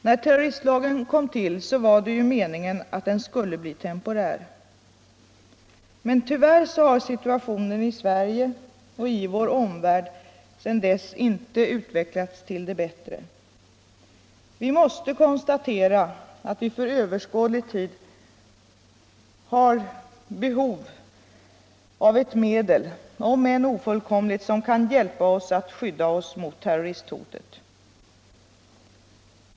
När terroristlagen kom till var det meningen att den skulle bli temporär. Tyvärr har situationen i Sverige och i vår omvärld sedan dess inte utvecklats till det bättre. Vi måste konstatera att vi för överskådlig tid har behov av ett medel, som är ofullkomligt, som kan hjälpa till att skydda oss mot terroristhotet.